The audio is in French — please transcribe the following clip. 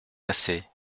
assez